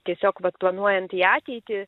tiesiog vat planuojant į ateitį